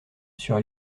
sur